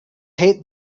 hate